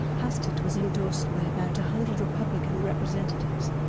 hastert was endorsed by about a hundred republican representatives,